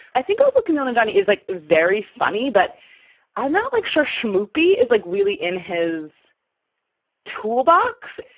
i think also coming on and on is like very very funny, but i'm not like sure schmoozy is like really in his tool box.